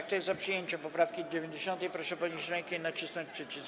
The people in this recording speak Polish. Kto jest za przyjęciem poprawki 90., proszę podnieść rękę i nacisnąć przycisk.